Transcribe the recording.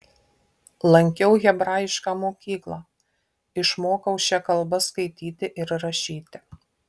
lankiau hebrajišką mokyklą išmokau šia kalba skaityti ir rašyti